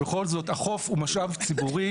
בכל זאת, החוף הוא משאב ציבורי.